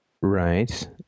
Right